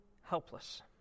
helpless